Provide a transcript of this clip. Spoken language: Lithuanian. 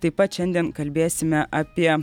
taip pat šiandien kalbėsime apie